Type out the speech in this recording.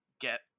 get